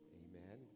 amen